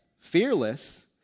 fearless